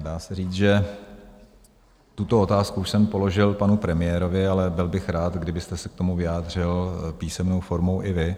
Dá se říct, že tuto otázku už jsem položil panu premiérovi, ale byl bych rád, kdybyste se k tomu vyjádřil písemnou formou i vy.